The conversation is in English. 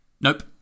Nope